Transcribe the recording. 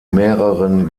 mehreren